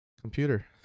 computer